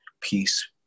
Peace